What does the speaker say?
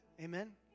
Amen